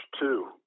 two